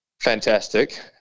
Fantastic